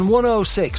106